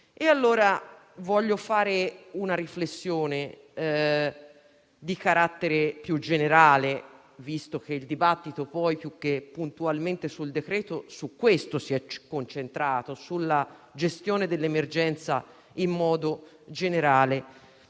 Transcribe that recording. fare allora una riflessione di carattere più generale, visto che poi il dibattito, più che puntualmente sul decreto, su questo si è concentrato sulla gestione dell'emergenza in modo generale.